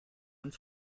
und